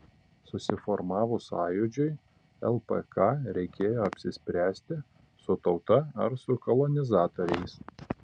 susiformavus sąjūdžiui lpk reikėjo apsispręsti su tauta ar su kolonizatoriais